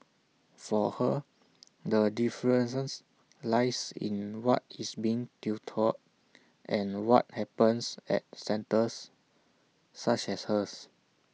for her the difference lies in what is being tutored and what happens at centres such as hers